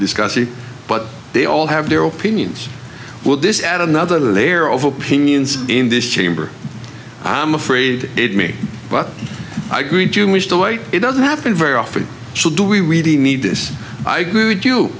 discussing but they all have their opinions will this add another layer of opinions in this chamber i'm afraid it me but i agree too much the way it doesn't happen very often so do we really need this i agree with you